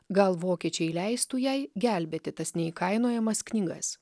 gal vokiečiai leistų jai gelbėti tas neįkainojamas knygas